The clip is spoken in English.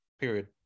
Period